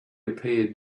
appeared